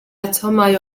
atomau